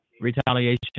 retaliation